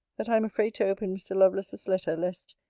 that i am afraid to open mr. lovelace's letter, lest,